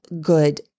good